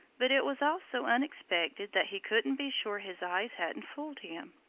but it was all so unexpected that he couldn't be sure his eyes hadn't fooled him.